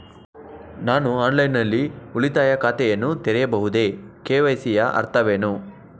ನಾನು ಆನ್ಲೈನ್ ನಲ್ಲಿ ಉಳಿತಾಯ ಖಾತೆಯನ್ನು ತೆರೆಯಬಹುದೇ? ಕೆ.ವೈ.ಸಿ ಯ ಅರ್ಥವೇನು?